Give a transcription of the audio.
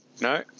no